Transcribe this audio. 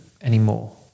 anymore